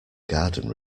garden